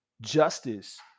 justice